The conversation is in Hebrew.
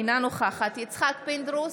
אינה נוכחת יצחק פינדרוס,